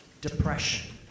depression